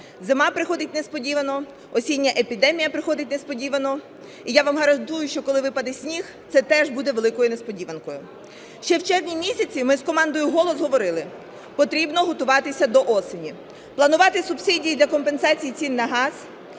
Зима приходить несподівано, осіння епідемія приходить несподівано, і я вам гарантую, що коли випаде сніг, це теж буде великою несподіванкою. Ще в червні місяці ми з командою "Голос" говорили: потрібно готуватися до осені, планувати субсидії для компенсації цін на газ,